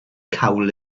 cawl